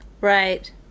Right